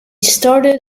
started